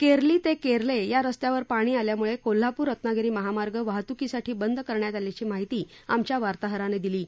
केरली ते केरले या रस्त्यावर पाणी आल्यामुळे कोल्हापूर रत्नागिरी महामार्ग वाहतूकीसाठी बंद करण्यात आल्याची माहिती आमच्या वार्ताहरानं दिली आहे